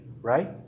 right